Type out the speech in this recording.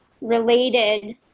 related